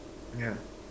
yeah